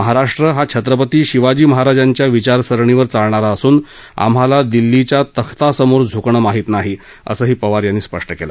महाराष्ट्र हा छत्रपती शिवाजी महाराजांच्या विचारसरणीवर चालणारा असून आम्हाला दिल्लीच्या तख्ता समोर झुकणं माहीत नाही असही पवार यांनी स्पष्ट केलं